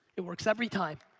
it works every time.